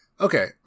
okay